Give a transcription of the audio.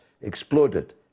exploded